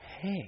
hey